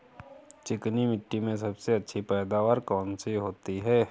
चिकनी मिट्टी में सबसे अच्छी पैदावार कौन सी होती हैं?